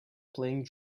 playing